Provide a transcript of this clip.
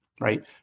right